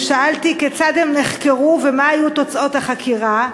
ושאלתי כיצד הם נחקרו ומה היו תוצאות החקירה,